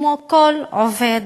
כמו לכל עובד,